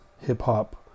hip-hop